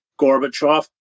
Gorbachev